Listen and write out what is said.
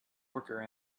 worker